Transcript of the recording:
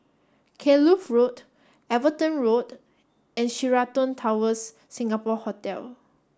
Kloof Road Everton Road and Sheraton Towers Singapore Hotel